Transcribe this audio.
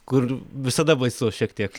kur visada baisu šiek tiek